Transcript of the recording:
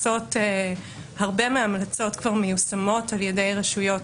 הרבה מההמלצות כבר מיושמות על ידי רשויות